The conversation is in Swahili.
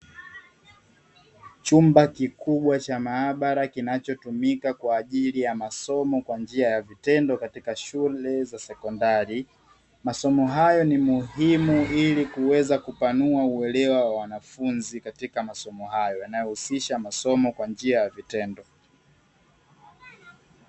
Chumba kikubwa cha maabara kinachotumika kwa ajili ya masomo kwa njia ya vitendo katika shule za sekondari, masomo hayo ni muhimu ili kuweza kupanua uelewa wa wanafunzi katika masomo hayo, yanayohusisha masomo kwa njia ya vitendo.